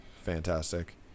fantastic